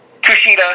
Kushida